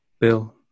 Bill